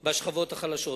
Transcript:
בשכבות החלשות.